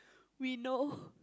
we know